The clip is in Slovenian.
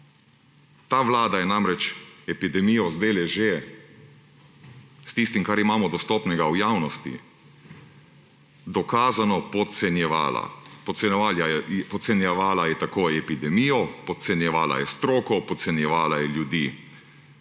Ta vlada je namreč epidemijo zdajle že, s tistim, kar imamo dostopnega v javnosti, dokazano podcenjevala. Podcenjevala je epidemijo, podcenjevala je stroko, podcenjevala je ljudi.